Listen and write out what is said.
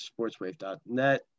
sportswave.net